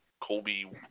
Colby